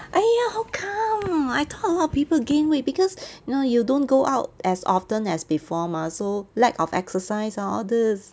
!aiya! how come I thought a lot of people gain weight because you know you don't go out as often as before mah so lack of exercise all these